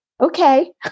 okay